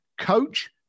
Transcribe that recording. coach